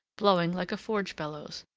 blowing like a forge-bellows.